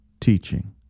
teaching